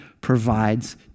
provides